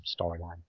storyline